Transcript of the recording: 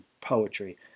poetry